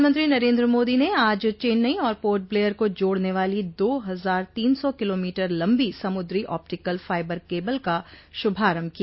प्रधानमंत्री नरेन्द्रं मोदी ने आज चेन्नई और पोर्ट ब्लेयर को जोड़ने वाली दो हजार तीन सौ किलोमीटर लंबी समुद्री ऑप्टिकल फाइबर केबल का शुभारंभ किया